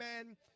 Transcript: Amen